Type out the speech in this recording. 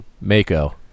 mako